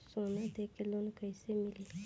सोना दे के लोन कैसे मिली?